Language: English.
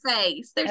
face